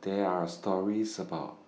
There Are stories about